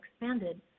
expanded